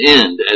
end